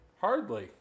Hardly